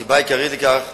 הסיבה העיקרית לכך